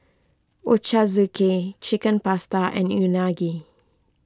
Ochazuke Chicken Pasta and Unagi